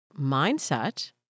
mindset